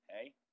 hey